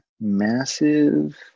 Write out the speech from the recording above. Massive